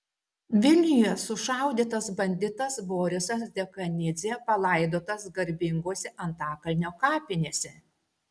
vilniuje sušaudytas banditas borisas dekanidzė palaidotas garbingose antakalnio kapinėse